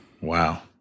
Wow